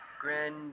Grand